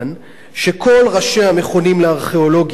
שכל ראשי המכונים לארכיאולוגיה בארץ,